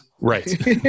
Right